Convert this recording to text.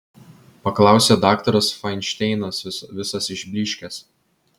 paklausė daktaras fainšteinas visas išblyškęs